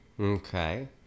Okay